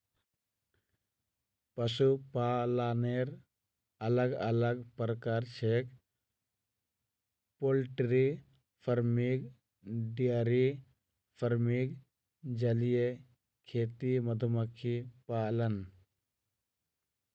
पशुपालनेर अलग अलग प्रकार छेक पोल्ट्री फार्मिंग, डेयरी फार्मिंग, जलीय खेती, मधुमक्खी पालन